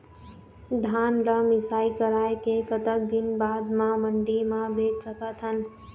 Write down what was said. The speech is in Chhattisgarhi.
धान ला मिसाई कराए के कतक दिन बाद मा मंडी मा बेच सकथन?